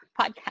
podcast